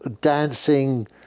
dancing